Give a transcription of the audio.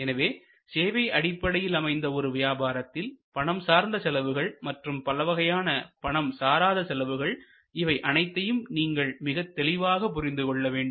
எனவே சேவை அடிப்படையில் அமைந்த ஒரு வியாபாரத்தில் பணம் சார்ந்த செலவுகள் மற்றும் பலவகையான பணம் சாராத செலவுகள் இவை அனைத்தையும் நீங்கள் மிகத் தெளிவாக புரிந்து கொள்ள வேண்டும்